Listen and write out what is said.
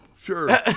Sure